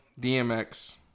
DMX